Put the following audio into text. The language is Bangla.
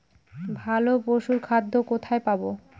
ভালো পশুর খাদ্য কোথায় পাবো?